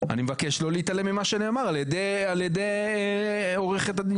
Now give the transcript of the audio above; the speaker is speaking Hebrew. אני מבקש לא להתעלם ממה שנאמר על ידי עורכת הדין